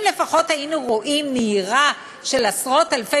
אם לפחות היינו רואים נהירה של עשרות-אלפי